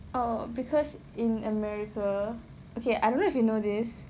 oh because in america okay I don't know if you know this